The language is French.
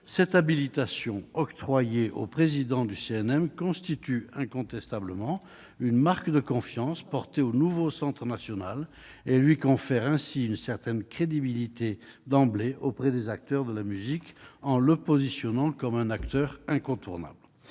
Cette habilitation octroyée au président du CNM constitue une marque de confiance envers le nouveau centre national et lui confère d'emblée une certaine crédibilité auprès du secteur de la musique, en le positionnant comme un acteur incontournable.